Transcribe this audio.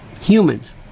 humans